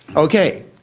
okay,